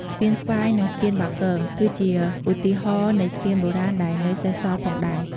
ស្ពានស្វាយ និង ស្ពានបាគង ក៏ជាឧទាហរណ៍នៃស្ពានបុរាណដែលនៅសេសសល់ផងដែរ។